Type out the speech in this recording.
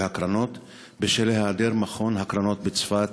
הקרנות בשל היעדר מכון הקרנות בצפת,